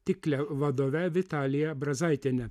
tikle vadove vitalija brazaitiene